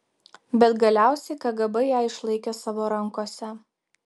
bet galiausiai kgb ją išlaikė savo rankose